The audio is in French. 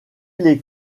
les